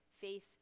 Faith